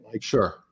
Sure